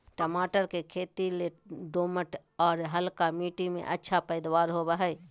टमाटर के खेती लेल दोमट, आर हल्का मिट्टी में अच्छा पैदावार होवई हई